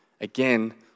Again